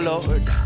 Lord